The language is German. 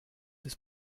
des